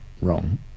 wrong